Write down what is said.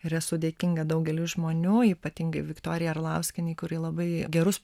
ir esu dėkinga daugeliui žmonių ypatingai viktorijai arlauskienei kuri labai gerus